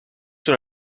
sur